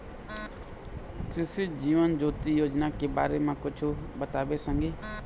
कृसि जीवन ज्योति योजना के बारे म कुछु बताते संगी